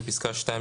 בפסקה (2),